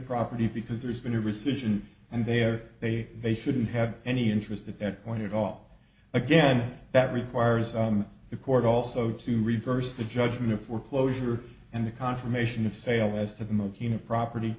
property because there's been a rescission and there they they shouldn't have any interest at that point at all again that requires the court also to reverse the judgment of foreclosure and the confirmation